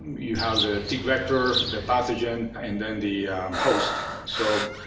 you have the tick vector the pathogen, and then the host. so,